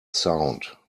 sound